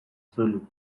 zulu